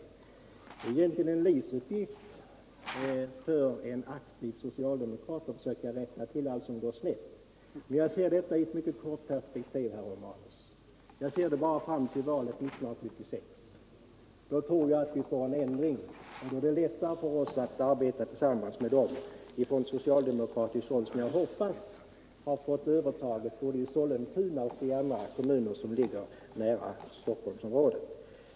Det är egentligen en livsuppgift för en aktiv socialdemokrat att försöka rätta till allt som går snett. Men jag ser detta i mycket kort perspektiv, herr Romanus — bara fram till valet 1976. Då tror jag att vi får en ändring, och då är det lättare för oss att arbeta tillsammans med de socialdemokrater som jag hoppas har fått övertaget både i Sollentuna och i andra kommuner nära Stockholmsområdet.